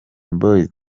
boys